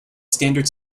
standard